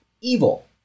evil